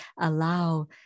allow